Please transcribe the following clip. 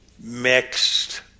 mixed